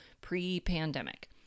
pre-pandemic